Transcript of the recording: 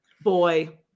boy